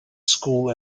school